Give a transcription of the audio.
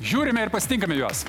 žiūrime ir pasitinkame juos